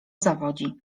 zawodzi